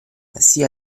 sia